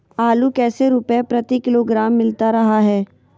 आलू कैसे रुपए प्रति किलोग्राम मिलता रहा है?